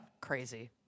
Crazy